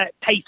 pace